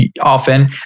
often